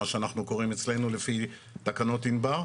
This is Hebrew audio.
מה שאנחנו קוראים אצלנו על פי תקנות ענבר,